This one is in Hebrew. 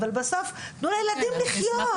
אבל בסוף תנו לילדים לחיות.